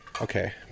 Okay